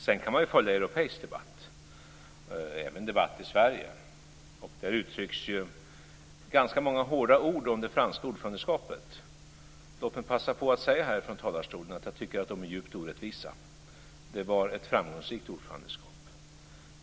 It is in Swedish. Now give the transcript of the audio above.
Sedan kan man ju följa europeisk debatt - även debatt i Sverige - och där uttrycks ganska många hårda ord om det franska ordförandeskapet. Låt mig passa på att säga att jag tycker att de är djupt orättvisa. Det var ett framgångsrikt ordförandeskap.